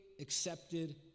accepted